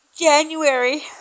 January